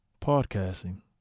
podcasting